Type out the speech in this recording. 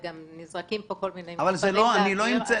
נזרקים פה כל מיני מספרים לאוויר.